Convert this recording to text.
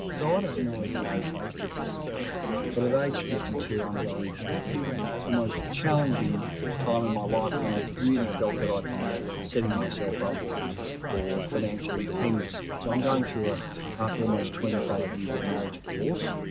so, i don't know if you can relate to this but at age fifty two i'm going through the most challenging time in my life when i really felt that i'd be ah setting myself up for financial independence. so i'm going through a after almost twenty five years of marriage a divorce.